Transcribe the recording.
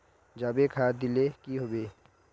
जाबे खाद दिले की होबे?